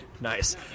nice